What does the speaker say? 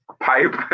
pipe